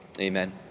Amen